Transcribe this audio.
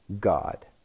God